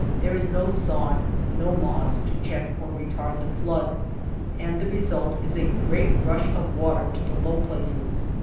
there is no sod, no moss, to check or retard the flood and the result is a great rush of water to the low places.